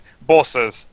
Bosses